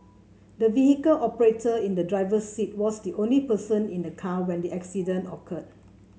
the vehicle operator in the driver's seat was the only person in the car when the accident occurred